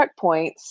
checkpoints